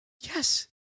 Yes